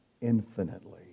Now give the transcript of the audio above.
infinitely